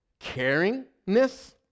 caringness